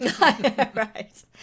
right